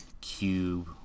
cube